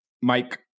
Mike